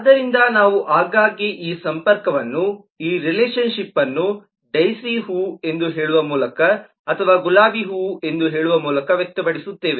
ಆದ್ದರಿಂದ ನಾವು ಆಗಾಗ್ಗೆ ಈ ಸಂಪರ್ಕವನ್ನು ಈ ರಿಲೇಶನ್ ಶಿಪ್ಅನ್ನು ಡೈಸಿ ಹೂ ಎಂದು ಹೇಳುವ ಮೂಲಕ ಅಥವಾ ಗುಲಾಬಿ ಹೂವು ಎಂದು ಹೇಳುವ ಮೂಲಕ ವ್ಯಕ್ತಪಡಿಸುತ್ತೇವೆ